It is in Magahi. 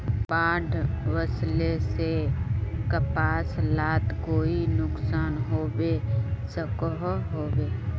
बाढ़ वस्ले से कपास लात कोई नुकसान होबे सकोहो होबे?